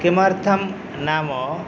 किमर्थं नाम